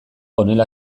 honela